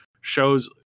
shows